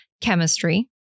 chemistry